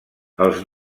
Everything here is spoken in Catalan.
els